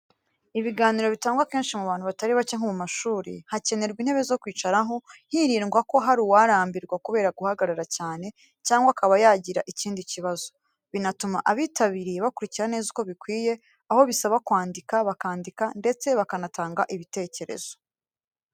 Ibiganiro bitangwa kenshi mu bantu batari bake nko mu mashuri, hakenerwa intebe zo kwicaraho hirindwa ko hari uwarambirwa kubera guhagarara cyane, cyangwa akaba yagira ikindi kibazo. Binatuma abitabiriye bakurikira neza uko bikwiye, aho bisaba kwandika bakandika ndetse bakanatanga ibitekerezo.